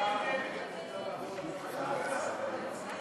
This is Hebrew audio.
ההצעה להעביר את הצעת חוק